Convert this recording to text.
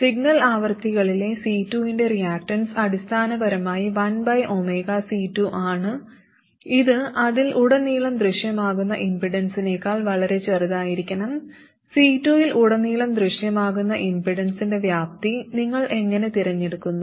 signal ആവൃത്തികളിലെ C2 ന്റെ reactance അടിസ്ഥാനപരമായി 1C2 ആണ് ഇത് അതിൽ ഉടനീളം ദൃശ്യമാകുന്ന ഇംപെഡൻസിനേക്കാൾ വളരെ ചെറുതായിരിക്കണം C2 ൽ ഉടനീളം ദൃശ്യമാകുന്ന ഇംപെഡൻസിന്റെ വ്യാപ്തി നിങ്ങൾ എങ്ങനെ തിരഞ്ഞെടുക്കുന്നു